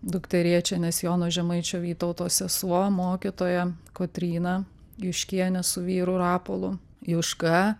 dukterėčia nes jono žemaičio vytauto sesuo mokytoja kotryna juškienė su vyru rapolu juška